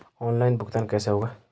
Online भुगतान कैसे होगा?